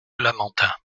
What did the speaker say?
lamentin